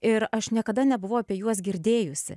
ir aš niekada nebuvau apie juos girdėjusi